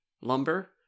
lumber